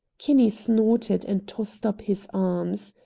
kinney snorted and tossed up his arms.